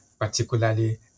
particularly